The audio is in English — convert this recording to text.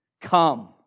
Come